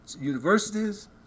universities